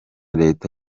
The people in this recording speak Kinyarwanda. leta